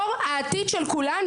מדובר בדור העתיד של כולנו.